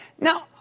Now